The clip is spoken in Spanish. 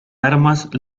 armas